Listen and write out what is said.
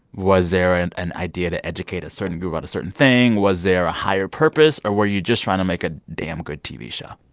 was there and an idea to educate a certain group about a certain thing? was there a higher purpose, or were you just trying to make a damn good tv show?